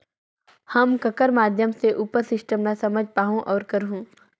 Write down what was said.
हम ककर माध्यम से उपर सिस्टम ला समझ पाहुं और करहूं?